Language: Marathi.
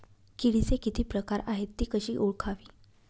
किडीचे किती प्रकार आहेत? ति कशी ओळखावी?